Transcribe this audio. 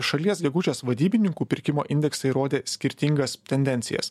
šalies gegužės vadybininkų pirkimo indeksai rodė skirtingas tendencijas